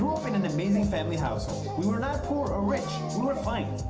in an amazing family household. we were not poor or rich we were fine.